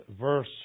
verse